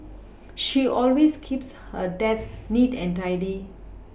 she always keeps her desk neat and tidy